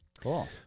Cool